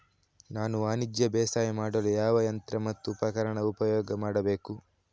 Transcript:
ನಾನು ವಾಣಿಜ್ಯ ಬೇಸಾಯ ಮಾಡಲು ಯಾವ ಯಂತ್ರ ಮತ್ತು ಉಪಕರಣ ಉಪಯೋಗ ಮಾಡಬೇಕು?